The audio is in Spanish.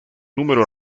número